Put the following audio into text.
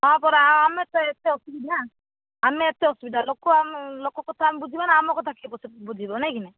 ହଁ ପରା ଆଉ ଆମେ ତ ଏତେ ଅସୁବିଧା ଆମେ ଏତେ ଅସୁବିଧା ଲୋକ ଲୋକ କଥା ଆମେ ବୁଝିବା ନା ଆମ କଥା କିଏ ବୁଝିବ ନାହିଁ କି ନାହିଁ